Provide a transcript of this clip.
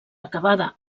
acabada